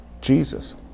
Jesus